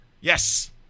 Yes